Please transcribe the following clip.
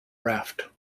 raft